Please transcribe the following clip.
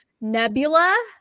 nebula